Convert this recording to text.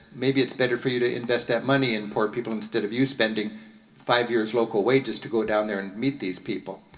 maybe it's better for you to invest that money in poor people instead of you spending five years local wages to go down there and meet these people.